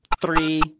three